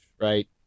right